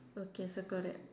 okay circle that